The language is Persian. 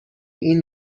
این